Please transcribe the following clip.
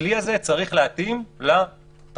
הכלי הזה צריך להתאים לתכלית.